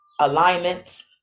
alignments